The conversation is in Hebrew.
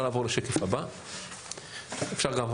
(שקף: יעדי "מסלול